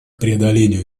преодолению